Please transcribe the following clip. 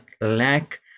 lack